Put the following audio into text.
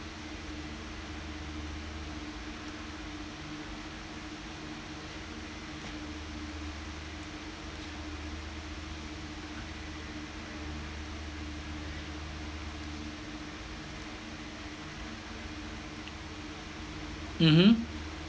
mmhmm